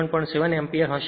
7 એમ્પીયરહશે